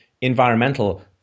environmental